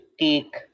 take